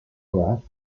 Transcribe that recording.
also